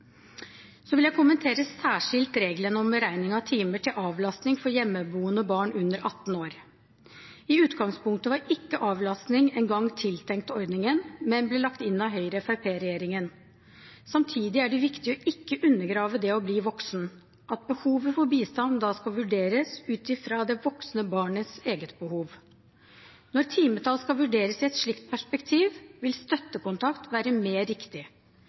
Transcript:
Så vil jeg kommentere særskilt regelen om beregning av timer til avlastning for hjemmeboende barn under 18 år. I utgangspunktet var avlastning ikke engang tiltenkt i ordningen, men ble lagt inn av Høyre–Fremskrittsparti-regjeringen. Samtidig er det viktig ikke å undergrave det å bli voksen, og at behovet for bistand skal vurderes ut fra det voksne barnets eget behov. Når timetall skal vurderes i et slikt perspektiv, vil støttekontakt være mer riktig,